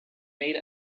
made